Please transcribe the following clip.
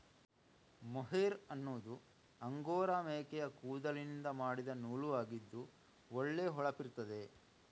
mohair ಅನ್ನುದು angora ಮೇಕೆಯ ಕೂದಲಿನಿಂದ ಮಾಡಿದ ನೂಲು ಆಗಿದ್ದು ಒಳ್ಳೆ ಹೊಳಪಿರ್ತದೆ